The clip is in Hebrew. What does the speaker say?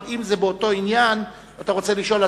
אבל אם באותו עניין אתה רוצה לשאול,